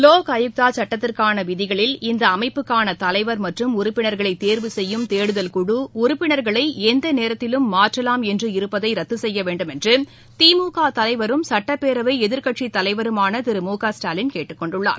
லோக் ஆயுக்தா சட்டத்திற்கான விதிகளில் இந்த அமைப்புக்கான தலைவர் மற்றும் உறுப்பினர்களை தேர்வு செய்யும் தேடுதல் குழு உறுப்பினர்களை எந்த நேரத்திலும் மாற்றலாம் என்று இருப்பதை ரத்து செய்ய வேண்டும் என்று திமுக தலைவரும் சட்டப்பேரவை எதிர்க்கட்சித் தலைவருமான திரு மு க ஸ்டாலின் கேட்டுக் கொண்டுள்ளார்